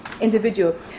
individual